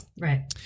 right